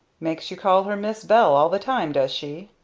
makes you call her miss bell all the time, does she?